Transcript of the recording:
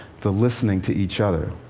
the listening to each other.